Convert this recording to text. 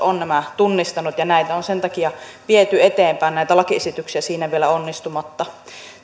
on nämä tunnistanut ja näitä lakiesityksiä on sen takia viety eteenpäin siinä vielä onnistumatta